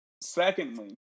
Secondly